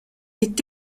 est